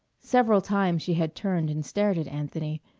several times she had turned and stared at anthony,